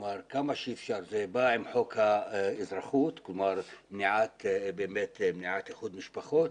זה בא עם חוק האזרחות, מניעת איחוד משפחות.